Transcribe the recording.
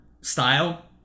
style